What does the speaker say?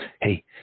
Hey